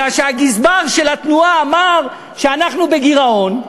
אלא מפני שהגזבר של התנועה אמר שאנחנו בגירעון,